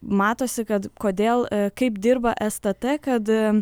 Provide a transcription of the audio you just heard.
matosi kad kodėl kaip dirba es tė tė kad